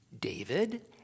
David